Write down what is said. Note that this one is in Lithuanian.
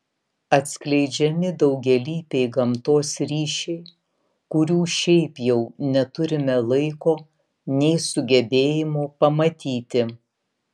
atskleidžiami daugialypiai gamtos ryšiai kurių šiaip jau neturime laiko nei sugebėjimo pamatyti